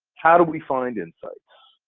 how do we find insights?